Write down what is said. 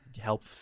help